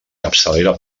capçalera